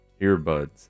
earbuds